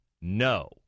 No